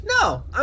No